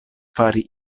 fari